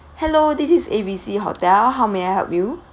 hello this is A_B_C hotel how may I help you